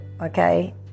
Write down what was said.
okay